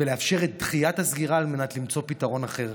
ולאפשר את דחיית הסגירה על מנת למצוא פתרון אחר.